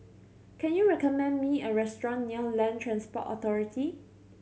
can you recommend me a restaurant near Land Transport Authority